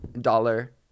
Dollar